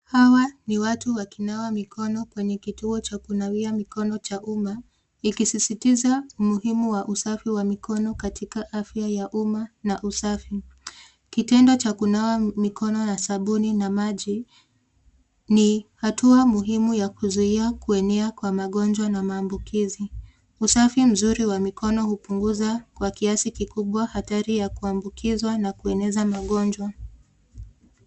Hawa ni watu wakinawa mikono kwenye kituo cha kunawia mikono cha umma ikisisitiza umuhimu wa usafi wa mikono katika afya ya umma na usafi. Kitendo cha kunawa mikono na sabuni na maji ni hatua muhimu ya kuzuia kuenea kwa magonjwa na maambukizi. Usafi mzuri wa mikono hupunguza kwa kiasi kikubwa hatari ya kuambukizwa na kueneza magonjwa.